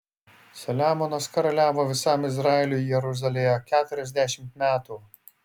saliamonas karaliavo visam izraeliui jeruzalėje keturiasdešimt metų